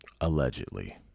Allegedly